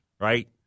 right